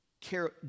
care